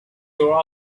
your